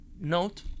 note